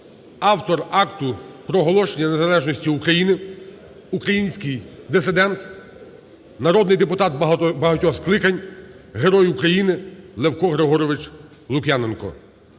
автор Акту проголошення незалежності України, український дисидент, народний депутат багатьох скликань, Герой України Левко Григорович Лук'яненко.